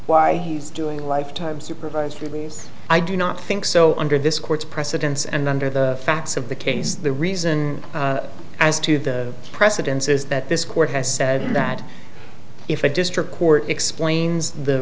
why he's doing a lifetime supervised release i do not think so under this court's precedents and under the facts of the case the reason as to the precedence is that this court has said that if a district court explains the